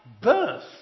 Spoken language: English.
birth